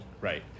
Right